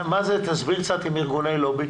תסביר קצת עם ארגוני לובי.